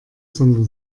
sondern